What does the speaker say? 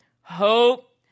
hope